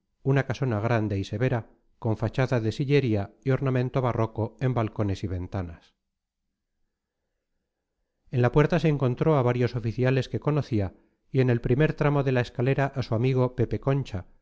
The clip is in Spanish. una casona grande y severa con fachada de sillería y ornamento barroco en balcones y ventanas en la puerta se encontró a varios oficiales que conocía y en el primer tramo de la escalera a su amigo pepe concha